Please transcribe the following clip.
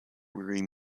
weary